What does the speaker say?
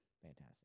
Fantastic